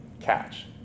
catch